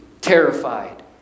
terrified